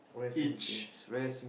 each